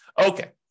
Okay